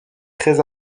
très